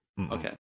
Okay